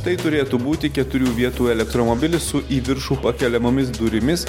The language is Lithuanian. tai turėtų būti keturių vietų elektromobilis su į viršų pakeliamomis durimis